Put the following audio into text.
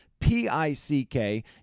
P-I-C-K